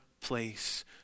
place